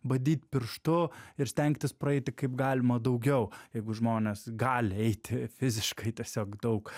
badyt pirštu ir stengtis praeiti kaip galima daugiau jeigu žmonės gali eiti fiziškai tiesiog daug